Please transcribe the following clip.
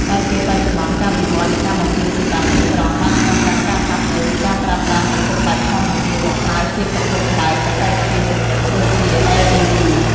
តែពេលបច្ចុប្បន្នការិវត្តន៍នៃការបំភ្លឺសម្រាប់អេក្រង់បានឆ្លងកាត់ការផ្លាស់ប្តូរពីការប្រើប្រាស់ប្រភពបែបធម្មជាតិមកប្រើជាប្រភពបែបច្ចេកវិទ្យាទំនើបដូចជា LED។